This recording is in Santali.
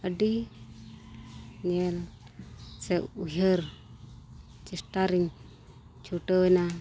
ᱟᱹᱰᱤ ᱧᱮᱞ ᱥᱮ ᱩᱭᱦᱟᱹᱨ ᱪᱮᱥᱴᱟ ᱨᱮᱧ ᱪᱷᱩᱴᱟᱹᱣᱮᱱᱟ